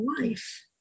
life